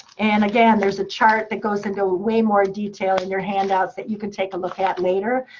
and again, there's a chart that goes into way more detail in your handouts that you can take a look at later.